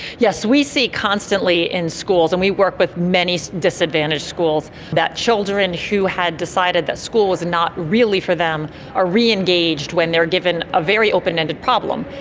yes, so we see constantly in schools and we work with many disadvantaged schools, that children who had decided that school was not really for them are reengaged when they are given a very open-ended problem,